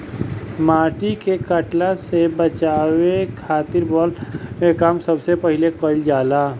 माटी के कटला से बचावे खातिर वन लगावे के काम सबसे पहिले कईल जाला